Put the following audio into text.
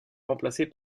remplacé